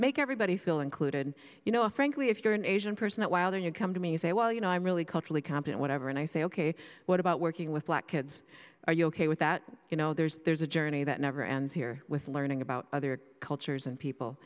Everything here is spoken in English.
make everybody feel included you know frankly if you're an asian person that while you come to me say well you know i'm really culturally competent whatever and i say ok what about working with black kids are you ok with that you know there's there's a journey that never ends here with learning about other cultures and people